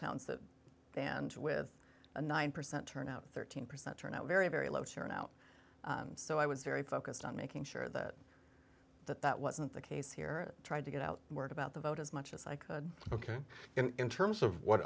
towns that fanned with a nine percent turnout thirteen percent turnout very very low turnout so i was very focused on making sure that that that wasn't the case here trying to get out word about the vote as much as i could ok in terms of what